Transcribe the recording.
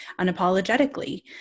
unapologetically